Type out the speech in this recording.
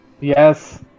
Yes